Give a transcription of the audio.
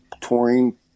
touring